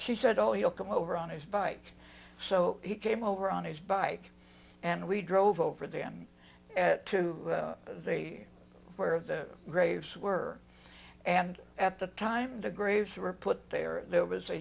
she said oh you'll come over on his bike so he came over on his bike and we drove over them at two they where the graves were and at the time the graves were put there and there was a